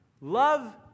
love